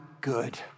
good